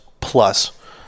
plus